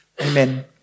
Amen